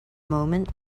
moment